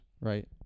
right